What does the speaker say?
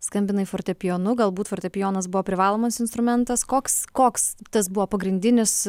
skambinai fortepijonu galbūt fortepijonas buvo privalomas instrumentas koks koks tas buvo pagrindinis